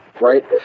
right